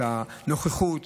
את הנוכחות,